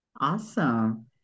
awesome